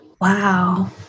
Wow